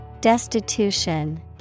Destitution